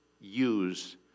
use